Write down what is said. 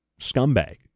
scumbag